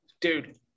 Dude